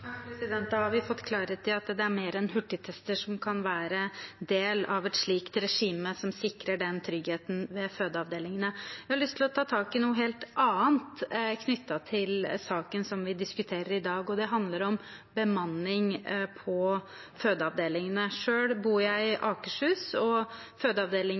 har vi fått klarhet i at det er mer enn hurtigtester som kan være del av et slikt regime, som sikrer den tryggheten ved fødeavdelingene. Jeg har lyst til å ta tak i noe helt annet knyttet til saken som vi diskuterer i dag, og det handler om bemanning ved fødeavdelingene. Selv bor jeg i Akershus, og